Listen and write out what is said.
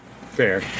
Fair